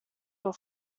your